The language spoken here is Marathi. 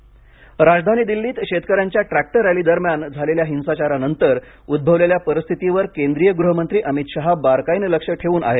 दिल्ली पोलीस राजधानी दिल्लीत शेतकऱ्यांच्या ट्रॅक्टर रॅली दरम्यान झालेल्या हिंसाचारानंतर उद्गवलेल्या परिस्थितीवर केंद्रीय गृहमंत्री अमित शहा बारकाईनं लक्ष ठेवून आहेत